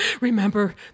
Remember